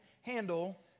handle